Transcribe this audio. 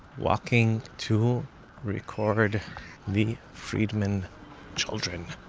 walking to record the friedman children.